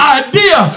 idea